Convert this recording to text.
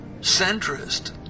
centrist